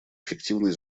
эффективной